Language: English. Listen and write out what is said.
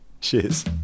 Cheers